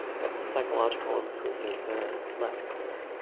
but the psychological improvements are less clear.